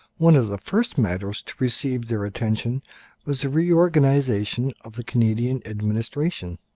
one of the first matters to receive their attention was the reorganization of the canadian administration.